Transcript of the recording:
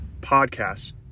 podcasts